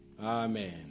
Amen